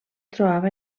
trobava